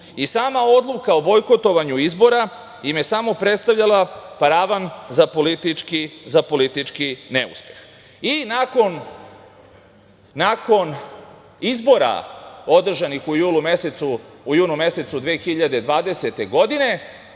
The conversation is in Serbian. odluka o bojkotovanju izbora im je samo predstavljala paravan za politički neuspeh. Nakon izbora održanih u junu mesecu 2020. godine,